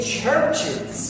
churches